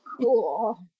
cool